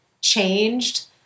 changed